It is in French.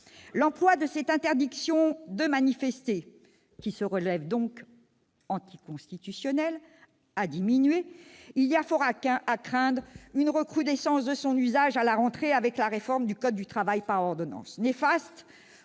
l'emploi de cette interdiction de manifester, qui se révèle anticonstitutionnelle, a diminué, il y a fort à craindre une recrudescence de son usage à la rentrée, avec la réforme du code du travail par ordonnances. Néfaste